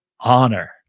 honor